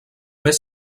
més